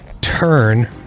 turn